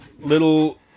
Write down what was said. little